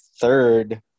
third